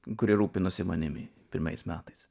kurie rūpinosi manimi pirmais metais